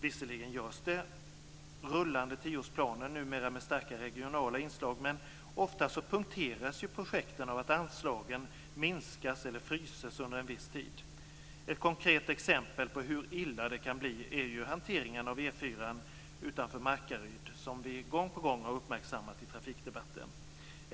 Visserligen görs det rullande tioårsplaner, numera med starka regionala inslag, men ofta punkteras projekten av att anslagen minskas eller "fryses" under viss tid. Ett konkret exempel på hur illa det kan bli är ju hanteringen av E 4 utanför Markaryd, som vi gång på gång har uppmärksammat i trafikdebatten.